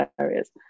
areas